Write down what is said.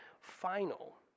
final